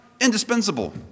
indispensable